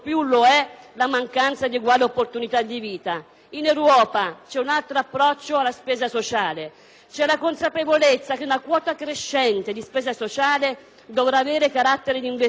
In Europa c'è un altro approccio alla spesa sociale; c'è la consapevolezza che una quota crescente di spesa sociale dovrà avere carattere di investimento, che la spesa per i servizi sociali